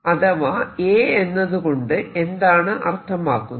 അഥവാ A എന്നതുകൊണ്ട് എന്താണ് അർത്ഥമാക്കുന്നത്